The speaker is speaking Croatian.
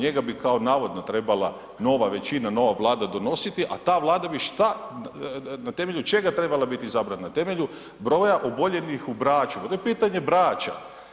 Njega bi kao navodno trebala nova većina, nova vlada donositi, a ta vlada bi šta, na temelju čega trebala biti izabrana, na temelju broja oboljelih u Braču, pa to je pitanje Brača.